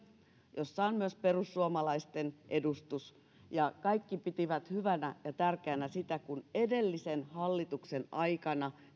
jossa on myös perussuomalaisten edustus ja kaikki pitivät hyvänä ja tärkeänä sitä kun edellisen hallituksen aikana